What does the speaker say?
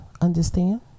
understand